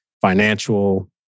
financial